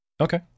okay